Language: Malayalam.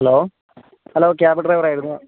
ഹലോ ഹലോ ക്യാബ് ഡ്രൈവർ ആയിരുന്നു